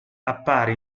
appare